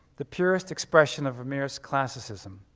the purist expression of vermeer's classicism,